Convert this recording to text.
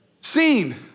Seen